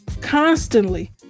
Constantly